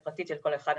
הפרטית של כל אחד.